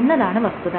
എന്നതാണ് വസ്തുത